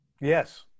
Yes